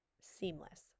seamless